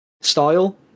style